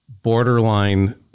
borderline